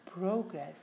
progress